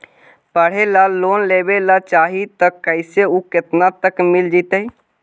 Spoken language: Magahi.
पढ़े ल लोन लेबे ल चाह ही त कैसे औ केतना तक मिल जितै?